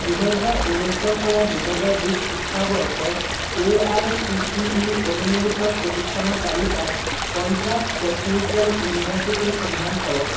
দুহেজাৰ ঊনৈছৰ পৰা দুহেজাৰ বিশ শিক্ষাবৰ্ষৰ A I C T E অনুমোদিত প্ৰতিষ্ঠানৰ তালিকাত পঞ্জাৱ টেকনিকেল ইনিভাৰ্চিটিৰ সন্ধান কৰক